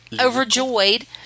overjoyed